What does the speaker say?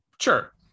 Sure